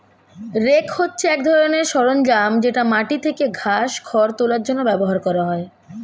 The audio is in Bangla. রেক হচ্ছে এক ধরনের সরঞ্জাম যেটা মাটি থেকে ঘাস, খড় তোলার জন্য ব্যবহার করা হয়